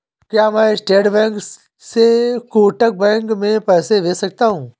क्या मैं state bank से कोटक बैंक में पैसे भेज सकता हूँ?